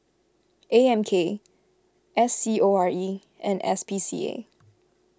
A M K S C O R E and S P C A